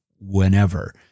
Whenever